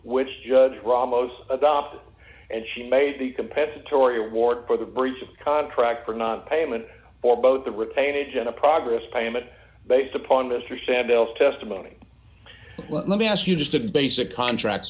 which judge ramos adopted and she made the compensatory reward for the breach of contract for nonpayment for both the retainer jenna progress payment based upon mr sandal's testimony let me ask you just a basic contract